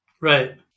Right